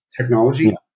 technology